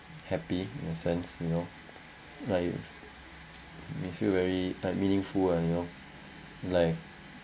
happy in a sense you know like you feel very like meaningful ah you know like